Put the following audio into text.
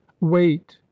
wait